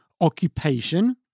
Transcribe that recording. occupation